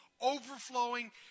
overflowing